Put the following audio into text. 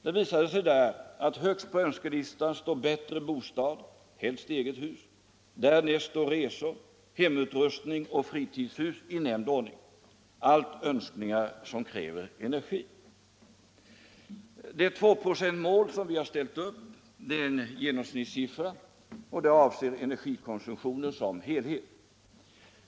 Det framgick där att högst på önskelistan står bättre bostad — helst eget hus — och därnäst resor, hemutrustning och fritidshus i nämnd ordning, allt önskningar som kräver energi. Det tvåprocentsmål som vi har ställt upp är en genomsnittssiffra och avser energikonsumtionen som helhet.